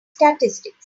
statistics